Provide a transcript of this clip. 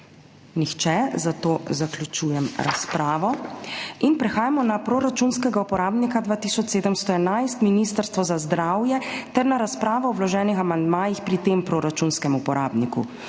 Nihče, zato zaključujem razpravo. Prehajamo na proračunskega uporabnika 2711 Ministrstvo za zdravje ter na razpravo o vloženih amandmajih pri tem proračunskem uporabniku.